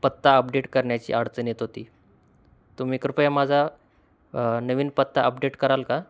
पत्ता अपडेट करण्याची अडचण येत होती तुम्ही कृपया माझा नवीन पत्ता अपडेट कराल का